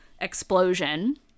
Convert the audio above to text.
explosion